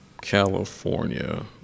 California